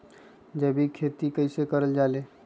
जैविक खेती कई से करल जाले?